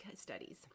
studies